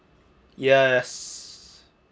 yes